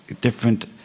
different